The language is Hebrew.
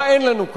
מה אין לנו כאן?